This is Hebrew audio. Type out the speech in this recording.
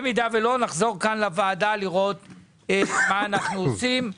אם לא, נחזור לוועדה לראות מה אנחנו עושים.